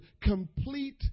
complete